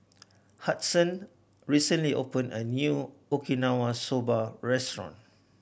Hudson recently opened a new Okinawa Soba Restaurant